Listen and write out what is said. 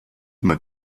immer